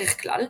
בדרך כלל,